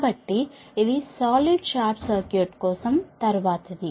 కాబట్టి ఇది solid short circuit కోసం తరువాతది